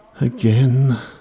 Again